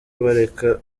bareka